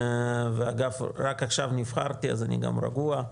ואגב רק עכשיו נבחרתי אז אני גם רגוע,